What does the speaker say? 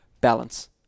Balance